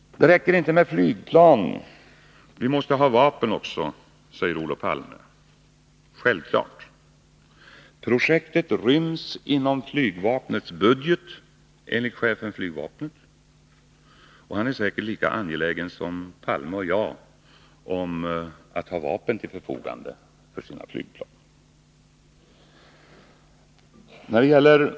Det räcker inte med flygplan, vi måste ha vapen också, säger Olof Palme. Det är självklart. Projektet ryms inom flygvapnets budget, enligt chefen för flygvapnet, och han är säkert lika angelägen som Olof Palme och jag om att ha vapen till förfogande för flygplanen.